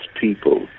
people